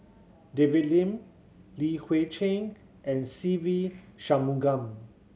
David Lim Li Hui Cheng and Se Ve Shanmugam